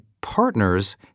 partners